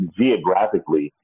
geographically